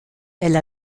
elle